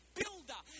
builder